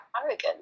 arrogant